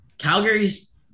Calgary's